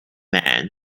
man